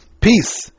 peace